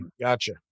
gotcha